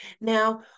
Now